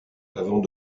avant